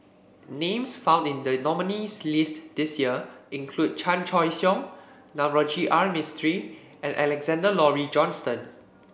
names found in the nominees' list this year include Chan Choy Siong Navroji R Mistri and Alexander Laurie Johnston